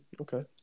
okay